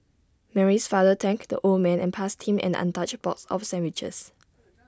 Mary's father thanked the old man and passed him an untouched box of sandwiches